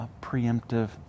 preemptive